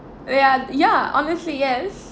ya ya honestly yes